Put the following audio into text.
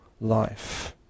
life